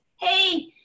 Hey